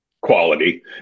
quality